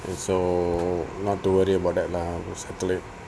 and so not to worry about that lah I'll settle it